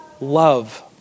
love